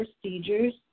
procedures